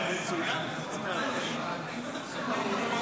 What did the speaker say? לפני שאתייחס לגופו של החוק,